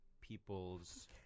people's